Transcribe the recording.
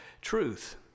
truth